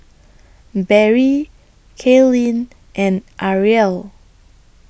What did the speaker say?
Barrie Kalyn and Arielle